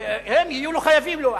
הם יהיו חייבים לו,